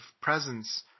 presence